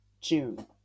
June